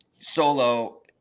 solo